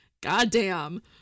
goddamn